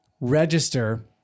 register